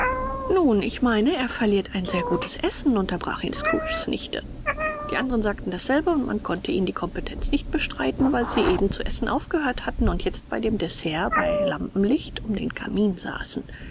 nun ich meine er verliert ein sehr gutes essen unterbrach ihn scrooges nichte die anderen sagten dasselbe und man konnte ihnen die kompetenz nicht bestreiten weil sie eben zu essen aufgehört hatten und jetzt bei dem dessert bei lampenlicht um den kamin saßen